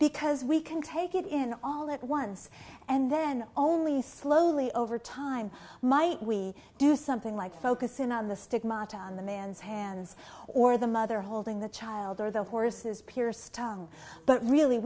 because we can take it in all at once and then only slowly over time might we do something like focus in on the stigmata the man's hands or the mother holding the child or the horses pierced but really